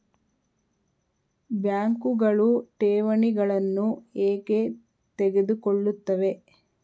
ಬ್ಯಾಂಕುಗಳು ಠೇವಣಿಗಳನ್ನು ಏಕೆ ತೆಗೆದುಕೊಳ್ಳುತ್ತವೆ?